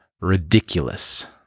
ridiculous